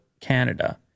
Canada